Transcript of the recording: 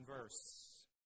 verse